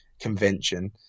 convention